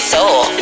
Soul